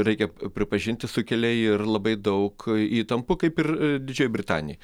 reikia pripažinti sukelia ir labai daug įtampų kaip ir didžiojoj britanijoj